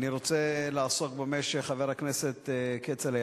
אני רוצה לעסוק במה שחבר הכנסת כצל'ה,